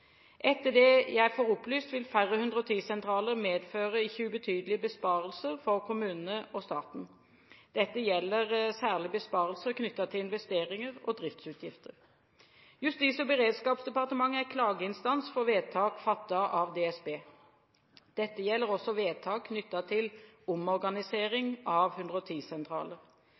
Etter det jeg får opplyst, vil færre 110-sentraler medføre ikke ubetydelige besparelser for kommunene og staten. Dette gjelder særlig besparelser knyttet til investeringer og driftsutgifter. Justis- og beredskapsdepartementet er klageinstans for vedtak fattet av DSB. Dette gjelder også vedtak knyttet til omorganisering av 110-sentraler. At klageorgan skal være uavhengige og